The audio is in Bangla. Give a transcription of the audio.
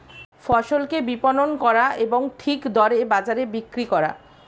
ফসলকে বিপণন করা এবং ঠিক দরে বাজারে বিক্রি করা